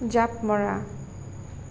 জাঁপ মৰা